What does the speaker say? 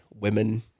women